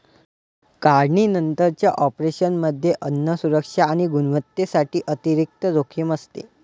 काढणीनंतरच्या ऑपरेशनमध्ये अन्न सुरक्षा आणि गुणवत्तेसाठी अतिरिक्त जोखीम असते